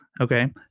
Okay